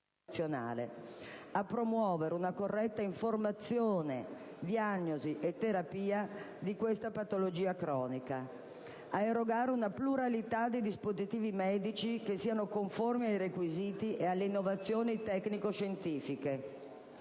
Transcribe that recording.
a promuovere una corretta informazione, diagnosi e terapia di questa patologia cronica; a erogare una pluralità di dispositivi medici che siano conformi ai requisiti e alle innovazioni tecnico-scientifiche